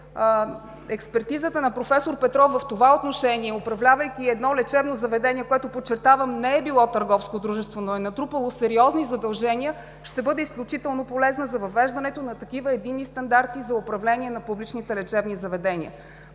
експертизата на проф. Петров в това отношение, управлявайки едно лечебно заведение, което, подчертавам, не е било търговско дружество, но е натрупало сериозни задължения, ще бъде изключително полезна за въвеждането на единни стандарти за управление на публичните лечебни заведения.